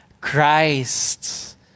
Christ